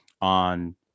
on